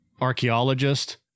archaeologist